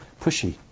pushy